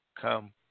come